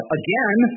again